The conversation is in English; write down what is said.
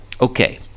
okay